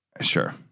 Sure